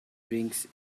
drinks